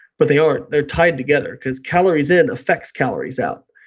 but they aren't, they're tied together because calories in affects calories out.